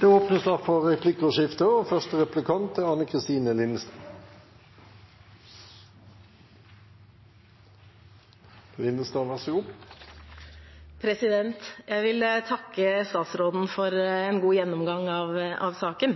Det blir replikkordskifte. Jeg vil takke statsråden for en god gjennomgang av saken,